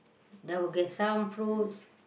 I will get some fruits